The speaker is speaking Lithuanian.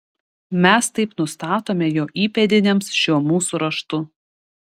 mes taip nustatome jo įpėdiniams šiuo mūsų raštu